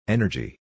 Energy